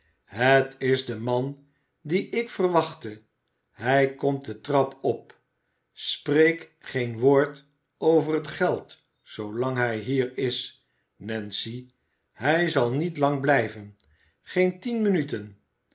het is de man dien ik verwachtte hij komt de trap op spreek geen woord over het geld zoolang hij hier is nancy hij zal niet lang blijven geen tien minuten